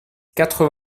quatre